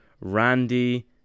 Randy